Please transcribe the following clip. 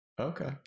okay